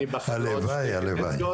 דובאי.